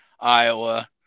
iowa